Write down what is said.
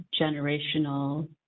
generational